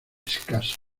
escasa